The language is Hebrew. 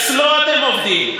אצלו אתם עובדים.